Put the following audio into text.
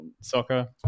soccer